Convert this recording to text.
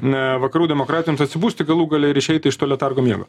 na vakarų demokratams atsibusti galų gale ir išeiti iš to letargo miego